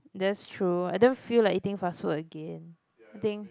that's true I don't feel like eating fast food again I think